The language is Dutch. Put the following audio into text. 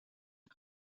een